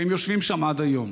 והם יושבים שם עד היום.